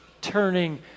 turning